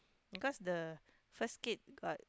because the first kid got